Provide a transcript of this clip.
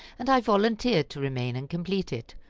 and i volunteered to remain and complete it.